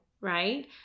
right